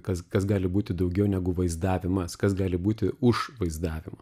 kas kas gali būti daugiau negu vaizdavimas kas gali būti už vaizdavimą